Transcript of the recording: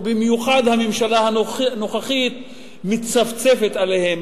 ובמיוחד הממשלה הנוכחית מצפצפת עליהם.